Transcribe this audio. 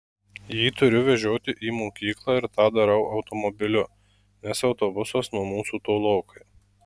jį turiu vežioti į mokyklą ir tą darau automobiliu nes autobusas nuo mūsų tolokai